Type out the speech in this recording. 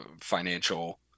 financial